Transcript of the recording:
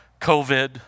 COVID